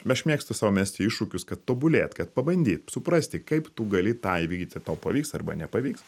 aš mėgstu sau mesti iššūkius kad tobulėt kad pabandyt suprasti kaip tu gali tą įvykdyti tau pavyks arba nepavyks